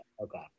Okay